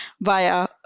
via